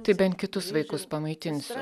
tai bent kitus vaikus pamaitinsiu